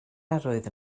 arwydd